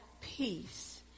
peace